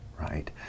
right